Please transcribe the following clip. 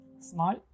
Small